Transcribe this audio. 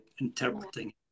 interpreting